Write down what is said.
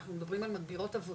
אנחנו מדברים על מגבירות עבודה,